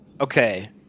Okay